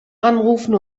anrufen